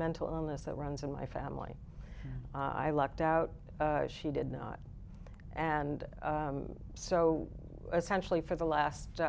mental illness that runs in my family i lucked out she did not and so essentially for the last